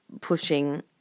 Pushing